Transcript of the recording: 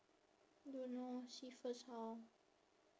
don't know see first how